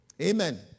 Amen